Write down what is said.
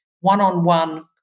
one-on-one